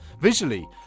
Visually